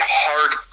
hard